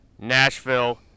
Nashville